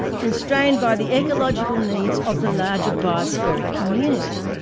constrained by the ecological needs of the larger biospheric community.